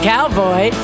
Cowboy